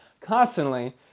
constantly